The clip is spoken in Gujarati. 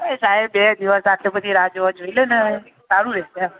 એ સાહેબ બે દિવસ આટલી બધી રાહ જોવા જોઈ લો ને હવે સારું રહેશે એમ